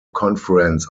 conference